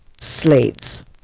slaves